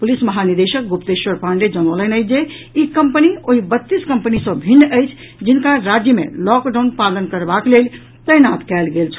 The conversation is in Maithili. पुलिस महानिदेशक गुप्तेश्वर पांडे जनौलनि अछि जे ई कम्पनी ओहि बत्तीस कम्पनी सँ भिन्न अछि जिनका राज्य मे लॉकडाउन पालन करबाक लेल तैनात कयल गेल छल